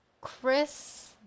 Chris